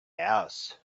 house